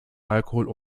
alkohol